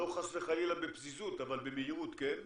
לא חס וחלילה בפזיזות, אבל במהירות כן,